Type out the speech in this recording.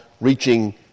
reaching